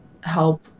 help